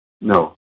No